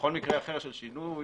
בכל מקרה אחר של שינוי,